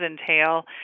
entail